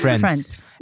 Friends